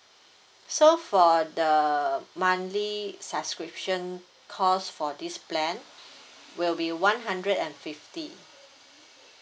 so for the monthly subscription cost for this plan will be one hundred and fifty